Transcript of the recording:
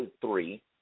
three